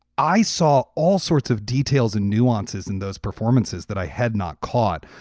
i saw all sorts of details and nuances in those performances that i had not caught.